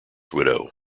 widow